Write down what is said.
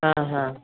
ಹಾಂ ಹಾಂ